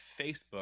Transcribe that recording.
Facebook